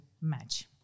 match